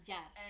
Yes